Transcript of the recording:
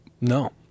No